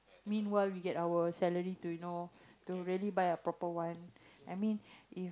meanwhile we get our salary to you know to really buy a proper one I mean if